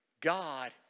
God